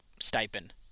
stipend